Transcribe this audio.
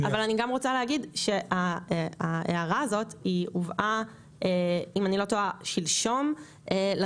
אבל אני גם רוצה להגיד שההערה הזאת הובאה אם אני לא טועה שלשום לראשונה,